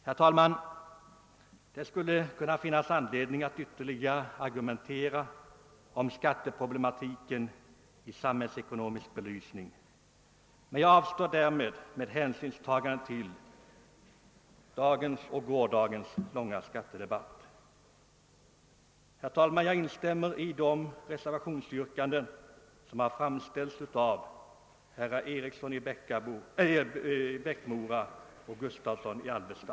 Herr talman! Det skulle kunna finnas anledning att ytterligare argumentera om skatteproblematiken i samhällsekonomisk belysning, men jag avstår därifrån med hänsyn till gårdagens långa skattedebatt. Herr talman! Jag instämmer i de reservationsyrkanden som har framställts av herr Eriksson i Bäckmora och herr Gustavsson i Alvesta.